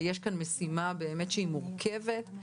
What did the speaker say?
ויש כאן משימה באמת שהיא מורכבת,